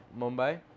Mumbai